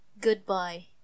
Goodbye